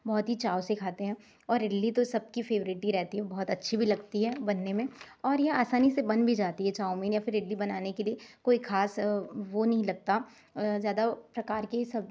बहुत ही चाव से खाते हैं और इडली तो सबकी फेवरेट ही रहती है बहुत अच्छी भी लगती है बनने में और यह आसानी से बन भी जाती है चाउमीन या फिर इडली बनाने के लिए कोई खास वो नही लगता और ज़्यादा प्रकार की सब